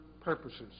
purposes